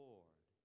Lord